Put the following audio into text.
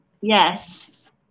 Yes